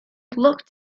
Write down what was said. looked